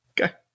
Okay